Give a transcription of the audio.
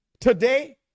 today